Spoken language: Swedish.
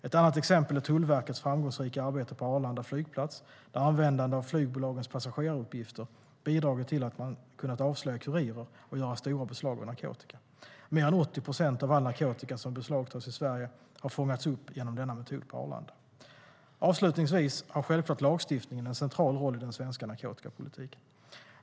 Ett annat exempel är Tullverkets framgångsrika arbete på Arlanda flygplats, där användande av flygbolagens passageraruppgifter har bidragit till att man kunnat avslöja kurirer och göra stora beslag av narkotika. Mer än 80 procent av all narkotika som beslagtas i Sverige har fångats upp genom denna metod på Arlanda. Avslutningsvis: Lagstiftningen har självklart en central roll i den svenska narkotikapolitiken.